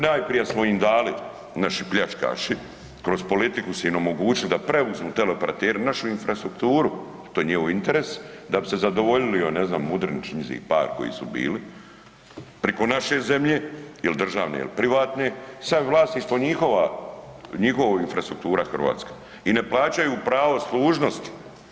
Najprije smo im dali, naši pljačkaši kroz politiku su im omogućili da preuzmu teleoperateri našu infrastrukturu, to je njihov interes da bi se zadovoljili, ne znam, Mudrinić, njih par koji su bili, preko naše zemlje, ili državne ili privatne, sad je vlasništvo njihova infrastruktura Hrvatske i ne plaćaju pravo služnosti.